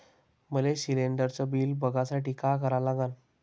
मले शिलिंडरचं बिल बघसाठी का करा लागन?